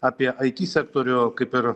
apie it sektorių kaip ir